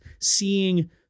seeing